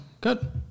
good